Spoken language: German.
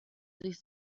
sich